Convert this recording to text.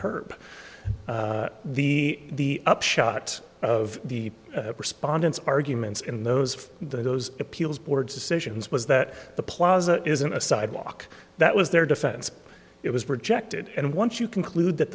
curb the upshot of the respondents arguments in those those appeals board's decisions was that the plaza isn't a sidewalk that was their defense it was projected and once you conclude that